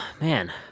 Man